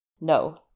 No